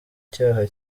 cyaha